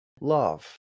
love